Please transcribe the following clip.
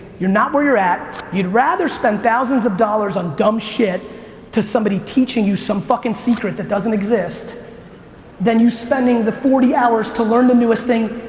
you're not where you're at, you'd rather spend thousands of dollars on dumb shit to somebody teaching you some fucking secret that doesn't exist than you spending the forty hours to learn the newest thing,